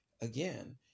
again